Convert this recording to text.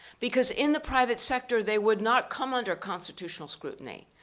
because in the private sector they would not come under constitutional scrutiny.